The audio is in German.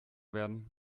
werden